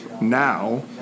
now